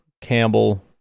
Campbell